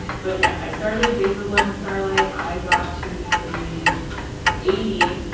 but yeah i started days of blood and starlight, i got to page eighty,